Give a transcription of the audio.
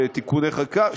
ותיקוני חקיקה,